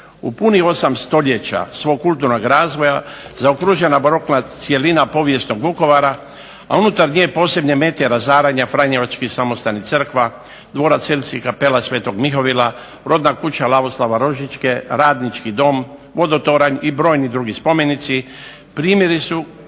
U punih osam stoljeća svog kulturnog razvoja zaokružena barokna cjelina povijesnog Vukovara, a unutar nje posebne mete razaranja franjevačkih samostan i crkva, dvorac Eltz i kapela sv. Mihovila, rodna kuća Lavoslava Ružičke, radnički dom, vodotoranj i brojni drugi spomenici primjeri su